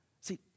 See